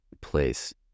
place